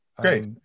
Great